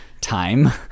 time